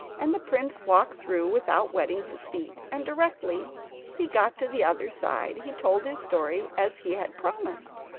and the prince walked through without wetting his feet and directly he got to the other side he told his story as he had promised.